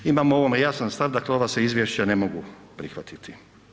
Mi imamo o ovome jasan stav, dakle ova se izvješća ne mogu prihvatiti.